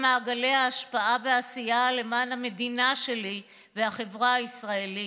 מעגלי ההשפעה והעשייה למען המדינה שלי והחברה הישראלית.